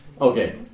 Okay